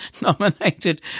nominated